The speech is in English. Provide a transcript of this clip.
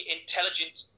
intelligent